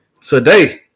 Today